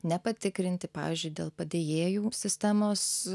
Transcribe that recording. nepatikrinti pavyzdžiui dėl padėjėjų sistemos